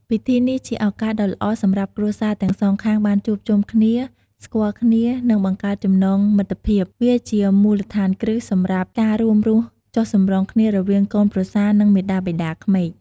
ពិធីនេះ ជាឱកាសដ៏ល្អសម្រាប់គ្រួសារទាំងសងខាងបានជួបជុំគ្នា ស្គាល់គ្នា និងបង្កើតចំណងមិត្តភាព វាជាមូលដ្ឋានគ្រឹះសម្រាប់ការរួមរស់ចុះសម្រុងគ្នារវាងកូនប្រសា និងមាតាបិតាក្មេក។